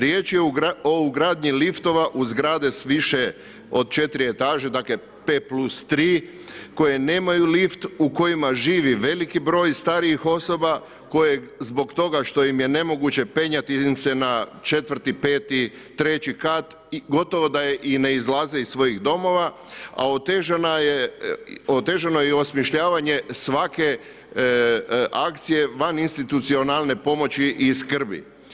Riječ je o ugradnji liftova u zgrade s više od 4 etaže, dakle 5 plus 3 koje nemaju lift, u kojima živi veliki broj starijih osoba koje zbog toga što im je nemoguće penjati im se na četvrti, peti, 3 kat, gotovo da i ne izlaze iz svojih domova, a otežano je i osmišljavanje svake akcije vaninstitucionalne pomoći i skrbi.